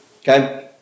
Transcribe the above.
Okay